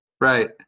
Right